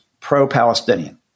pro-Palestinian